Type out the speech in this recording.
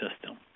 system